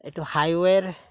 এইটো হাইৱে'ৰ